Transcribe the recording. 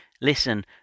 listen